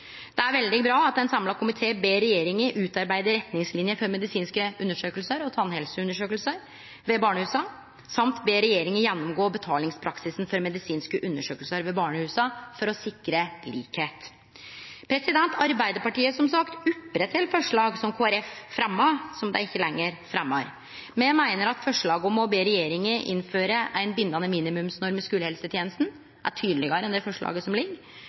Det er veldig bra at ein samla komité ber regjeringa utarbeide retningsliner for medisinske undersøkingar og tannhelseundersøkingar ved barnehusa, og ber regjeringa gjennomgå betalingspraksisen for medisinske undersøkingar ved barnehusa for å sikre likskap. Arbeidarpartiet opprettheld som sagt forslag som Kristeleg Folkeparti fremja, og som dei ikkje lenger fremjar. Me meiner forslaget om å be regjeringa innføre ein bindande minimumsnorm i skulehelsetenesta er tydelegare enn det forslaget som